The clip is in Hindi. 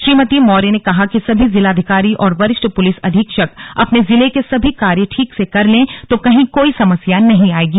श्रीमती मौर्य ने कहा कि सभी जिलाधिकारी और वरिष्ठ पुलिस अधीक्षक अपने जिले के सभी कार्य ठीक से कर ले तो कही कोई समस्या नही आयेगी